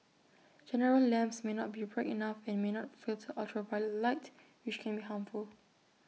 general lamps may not be bright enough and may not filter ultraviolet light which can be harmful